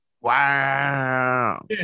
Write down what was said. Wow